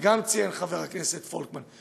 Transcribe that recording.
שגם אותה ציין חבר הכנסת פולקמן,